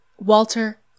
walter